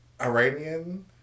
Iranian